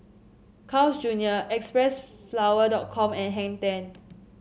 Carl's Junior X Press flower dot com and Hang Ten